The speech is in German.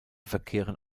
verkehren